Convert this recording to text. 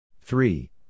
three